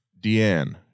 Deanne